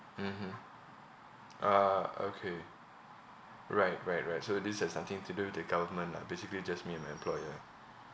mmhmm ah okay right right right so this has nothing to do with the government lah basically just me and my employer